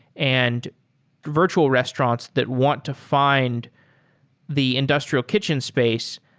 and virtual restaurants that want to fi nd the industrial kitchens space,